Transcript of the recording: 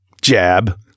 Jab